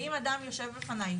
ואם אדם יושב בפניי,